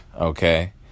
okay